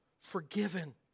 forgiven